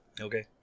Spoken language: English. Okay